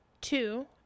two